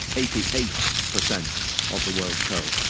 eighty eight percent of the world's coal.